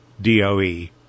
d-o-e